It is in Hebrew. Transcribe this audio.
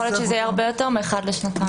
להיות שזה יהיה הרבה יותר מאשר אחת לשנתיים.